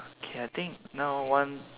okay I think now one